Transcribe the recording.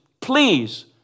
please